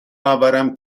آورم